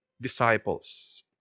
disciples